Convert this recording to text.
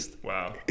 Wow